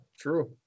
true